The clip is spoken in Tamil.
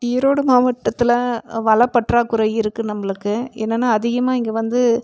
ஈரோடு மாவட்டத்தில் வளப் பற்றாக்குறை இருக்கு நம்மளுக்கு இல்லைனா அதிகமாக இங்கே வந்து